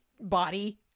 body